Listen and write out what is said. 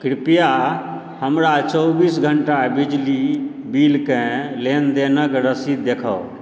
कृपया हमरा चौबीस घण्टा बिजली बिल क लेन देनक रसीद देखाउ